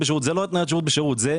זאת לא התניית שירות בשירות אלא